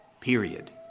period